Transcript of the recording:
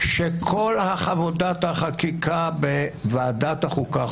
שכל עבודת החקיקה בוועדת החוקה,